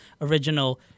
original